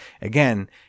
Again